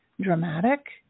dramatic